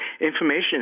information